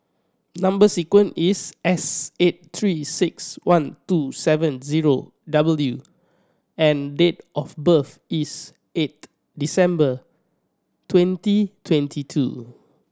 number sequence is S eight Three Six One two seven zero W and date of birth is eighth December twenty twenty two